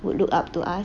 would look up to us